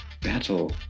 battle